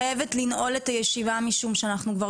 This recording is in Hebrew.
אבל אני חייבת לנעול את הישיבה משום שאנחנו כבר